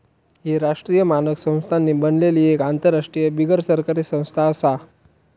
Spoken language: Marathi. ही राष्ट्रीय मानक संस्थांनी बनलली एक आंतरराष्ट्रीय बिगरसरकारी संस्था आसा